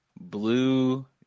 blue